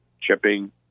chipping